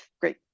Great